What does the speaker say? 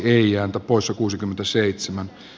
herra puhemies